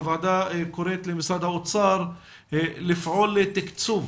הוועדה קוראת למשרד האוצר לפעול לתקצוב